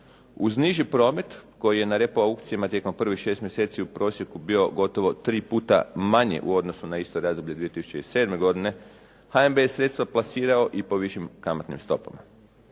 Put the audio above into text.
Uz niži promet koji je na repo aukcijama tijekom prvih šest mjeseci u prosjeku bio gotovo tri puta manje u odnosu na isto razdoblje 2007. godine HNB je sredstva plasirao i po višim kamatnim stopama.